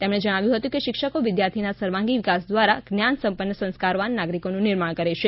તેમણે જણાવ્યું હતું કે શિક્ષકો વિદ્યાર્થીના સર્વાંગી વિકાસ દ્વા રા જ્ઞાન સંપન્ન સંસ્કારવાન નાગરિકોનું નિર્માણ કરે છે